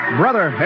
brother